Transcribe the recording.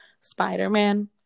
Spider-Man